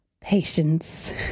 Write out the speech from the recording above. patience